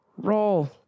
roll